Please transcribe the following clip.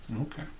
Okay